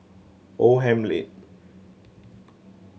Oldham Lane